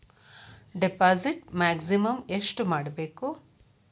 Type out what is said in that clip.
Deposit maximum ಎಷ್ಟು ಮಾಡಬೇಕು?